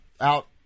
out